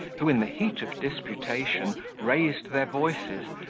who, in the heat of disputation, raised their voices,